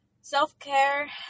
self-care